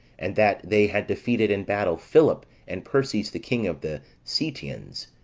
and that they had defeated in battle philip and perses the king of the ceteans,